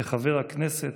כחבר כנסת,